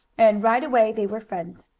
and right away they were friends.